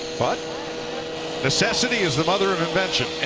but necessity is the mother of invention.